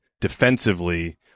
defensively